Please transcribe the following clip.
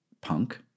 Punk